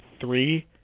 three